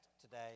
today